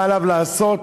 מה עליו לעשות,